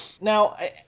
Now